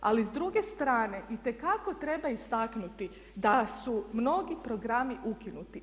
Ali s druge strane itekako treba istaknuti da su mnogi programi ukinuti.